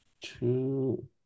two